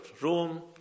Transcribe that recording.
room